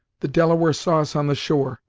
the delaware saw us on the shore,